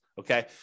okay